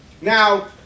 Now